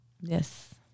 Yes